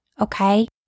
Okay